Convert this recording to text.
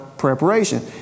Preparation